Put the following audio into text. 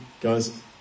guys